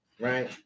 right